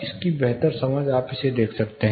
इसकी बेहतर समझ आप इसे देख सकते हैं